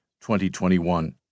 2021